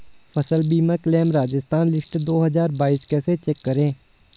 फसल बीमा claim Rajasthan list दो हज़ार बाईस कैसे चेक करें?